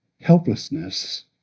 helplessness